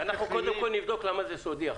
--- אנחנו קודם כל נבדוק למה זה סודי.